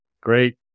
Great